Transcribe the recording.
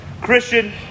Christian